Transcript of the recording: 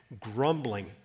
grumbling